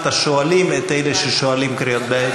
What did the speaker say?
את מי שיקרא קריאות ביניים.